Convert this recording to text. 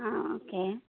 okay